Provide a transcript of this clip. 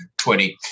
20